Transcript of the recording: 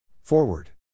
Forward